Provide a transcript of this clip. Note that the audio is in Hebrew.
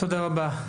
תודה רבה.